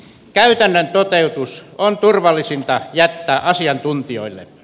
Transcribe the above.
käytännön toteutus on turvallisinta jättää asiantuntijoille